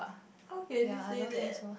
how can you say that